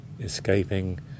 escaping